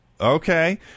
Okay